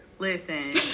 Listen